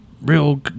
real